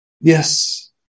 Yes